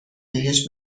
بهش